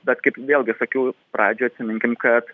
bet kaip vėlgi sakiau pradžioj atsiminkim kad